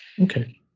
Okay